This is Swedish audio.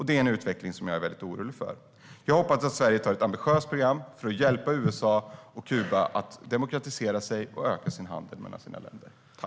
Det är en utveckling som jag oroar mig för. Jag hoppas att Sverige antar ett ambitiöst program för att hjälpa USA och Kuba att demokratisera Kuba och öka handeln mellan länderna.